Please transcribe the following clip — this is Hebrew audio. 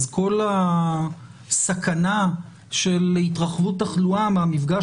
אז כל הסכנה של התרחבות תחלואה מהמפגש